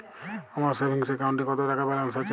আমার সেভিংস অ্যাকাউন্টে কত টাকা ব্যালেন্স আছে?